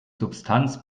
substanz